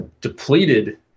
Depleted